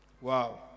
Wow